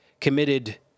committed